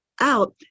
out